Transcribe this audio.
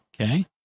Okay